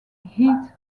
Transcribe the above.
heat